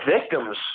victims